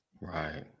Right